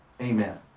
Amen